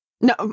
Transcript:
No